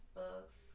books